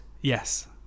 yes